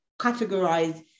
categorize